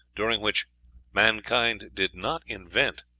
during which mankind did not invent,